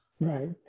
Right